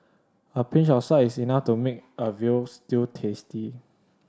a pinch of salt is enough to make a veal stew tasty